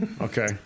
Okay